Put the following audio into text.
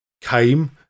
came